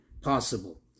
possible